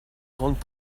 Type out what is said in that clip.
grandes